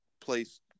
place